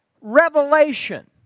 revelation